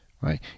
right